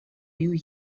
you